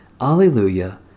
Alleluia